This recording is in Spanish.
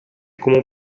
como